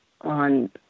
on